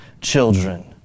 children